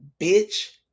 bitch